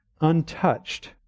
untouched